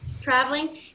traveling